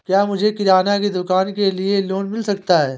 क्या मुझे किराना की दुकान के लिए लोंन मिल सकता है?